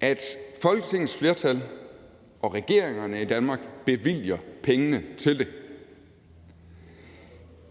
at Folketingets flertal og regeringerne i Danmark bevilger pengene til det.